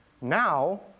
Now